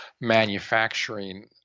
manufacturing